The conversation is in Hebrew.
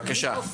בבקשה.